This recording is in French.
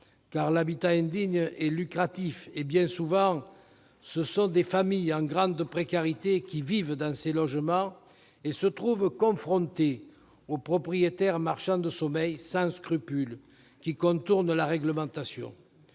L'habitat indigne est un secteur lucratif et, bien souvent, ce sont des familles en grande précarité qui vivent dans ces logements et se trouvent confrontées à des propriétaires « marchands de sommeil » sans scrupules, qui contournent la réglementation.